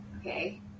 Okay